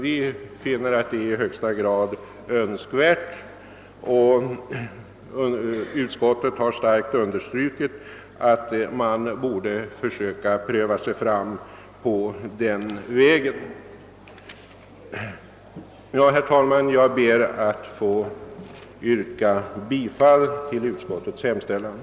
Vi anser att detta är i högsta grad Önskvärt, och utskottet har starkt understrukit att man borde försöka pröva sig fram på den vägen. Herr talman! Jag ber att få yrka bifall till utskottets hemställan.